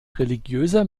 religiöser